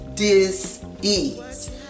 dis-ease